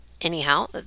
Anyhow